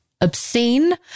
obscene